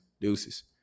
Deuces